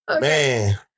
Man